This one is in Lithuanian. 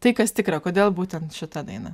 tai kas tikra kodėl būtent šita daina